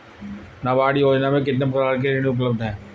नाबार्ड योजना में कितने प्रकार के ऋण उपलब्ध हैं?